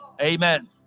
Amen